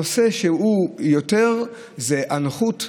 הנושא שבו הוא יותר הוא הנוחות,